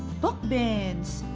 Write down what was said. book bins!